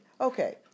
Okay